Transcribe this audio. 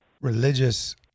religious